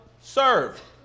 serve